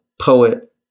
poet